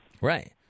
Right